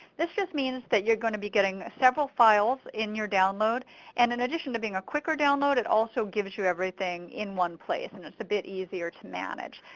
this just means that youre going to be getting several files in your download and in addition to being a quicker download, it also gives you everything in one place and its a bit easier to manage.